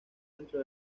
dentro